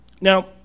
Now